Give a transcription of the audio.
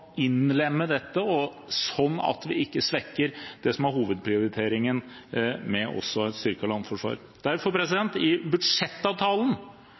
innlemme dette sånn at vi ikke svekker det som er hovedprioriteringen med et styrket landforsvar. Derfor er Venstre godt fornøyd med at våre prioriteringer: beholde Kystjegerkommandoen, beholde aktivitet i